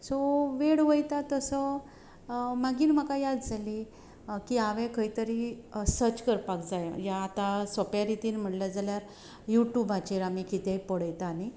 so वेळ वयता तसो मागीर म्हाका याद जाली की हांवे खंय तरी सर्च करपाक जाय हें आतां सोंप्या रितीन म्हणले जाल्यार यू ट्यूबाचेर आमी कितेंय पळयता न्ही